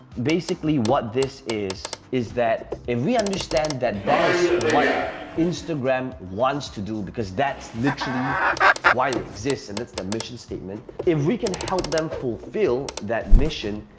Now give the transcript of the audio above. basically what this is, is that if we understand that that is what instagram wants to do because that's literally why it exists and that's their mission statement. if we can help them fulfill that mission,